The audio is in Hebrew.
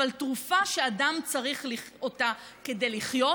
אבל תרופה שאדם צריך אותה כדי לחיות,